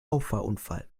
auffahrunfall